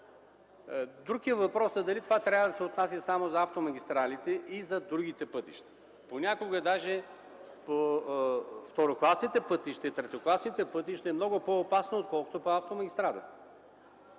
Друг е въпросът дали това трябва да се отнася само за автомагистралите или и за другите пътища. Понякога даже по второкласните и третокласните пътища е много по-опасно, отколкото по автомагистралите.